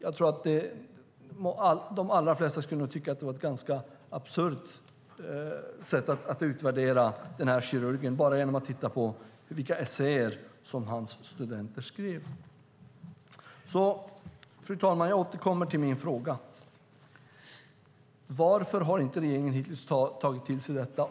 Jag tror att de allra flesta nog skulle tycka att det vore ett ganska absurt sätt att utvärdera kirurgen att bara titta på vilka essäer som hans studenter skrivit. Fru talman! Jag återkommer till mina frågor. Varför har inte regeringen hittills tagit till sig detta?